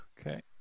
Okay